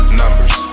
numbers